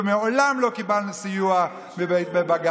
ומעולם לא קיבלנו סיוע בבג"ץ.